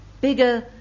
bigger